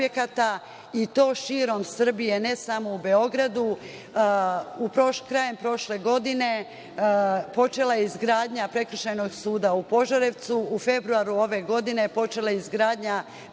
i to širom Srbije, ne samo u Beogradu. Krajem prošle godine počela je izgradnja Prekršajnog suda u Požarevcu, u februaru ove godine počela je izgradnja Prekršajnog suda